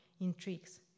intrigues